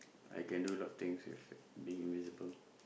I can do a lot of things with being invisible